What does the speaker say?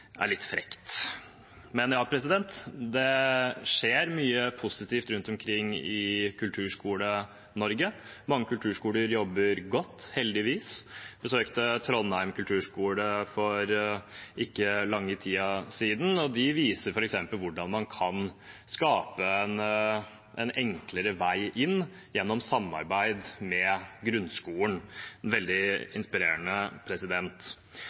er litt frekt. Men ja, det skjer mye positivt rundt omkring i Kulturskole-Norge. Mange kulturskoler jobber godt, heldigvis. Jeg besøkte Trondheim kommunale kulturskole for ikke lang tid siden, og de viser hvordan man kan skape en enklere vei inn gjennom samarbeid med grunnskolen.